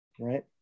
right